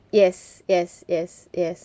yes yes yes yes